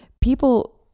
people